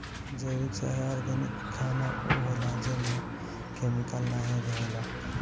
जैविक चाहे ऑर्गेनिक खाना उ होला जेमे केमिकल ना रहेला